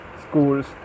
schools